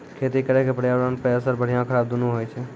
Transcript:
खेती करे के पर्यावरणो पे असर बढ़िया खराब दुनू होय छै